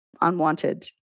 unwanted